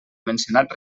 mencionat